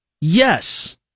Yes